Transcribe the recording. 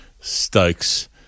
Stokes